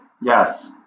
Yes